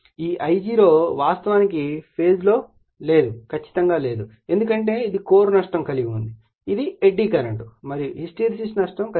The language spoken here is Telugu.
ఈ I0 వాస్తవానికి ఫేజ్ లో సరిగ్గా లేదు ఎందుకంటే ఇది కోర్ నష్టం కలిగి ఉంటుంది ఇది ఎడ్డీ కరెంట్ మరియు హిస్టెరిసిస్ నష్టం కలిగి ఉంటుంది